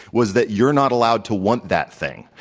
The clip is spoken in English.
was that you're not allowed to want that thing.